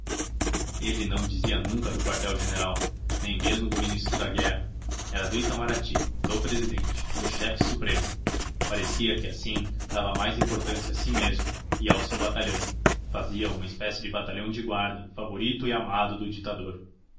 ele não dizia nunca do quartel-general nem mesmo do ministro da guerra era do itamarati do presidente do chefe supremo parecia que assim dava mais importância a si mesmo e ao seu batalhão fazia-o uma espécie de batalhão da guarda favorito e amado do ditador